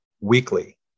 weekly